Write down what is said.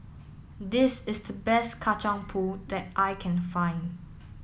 this is the best Kacang Pool that I can find